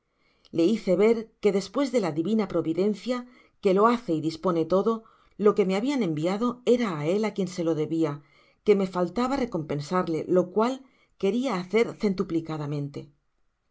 ffoii hice ver que despuede la divina providencia que lo ha ce y dispone todo lo que me habian enviado era á élí quien se lo df bja que me jaltaba recpmpensarle t lq caa queria hacer centqplicadamante